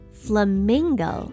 flamingo